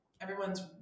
everyone's